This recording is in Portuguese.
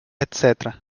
etc